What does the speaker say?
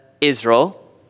Israel